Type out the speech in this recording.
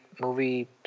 movie